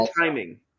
timing